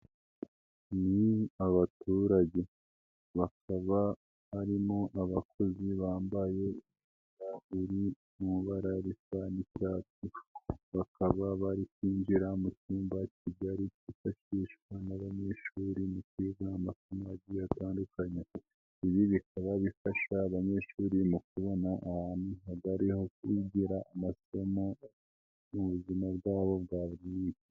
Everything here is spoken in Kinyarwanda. Ni abaturage, bakaba barimo abakozi bambaye imyenda iri mu ibara risa n'icyatsi ,bakaba bari kwinjira mu cyumba kigari cyifashishwa n'abanyeshuri mu kwiga amasomo agiye atandukanye, ibi bikaba bifasha abanyeshuri mu kubona ahantu hagari ho kwigira amasomo mu buzima bwabo bwa buri munsi.